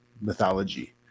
mythology